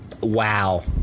Wow